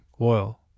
oil